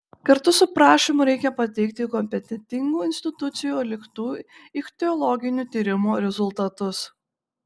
kartu su prašymu reikia pateikti kompetentingų institucijų atliktų ichtiologinių tyrimų rezultatus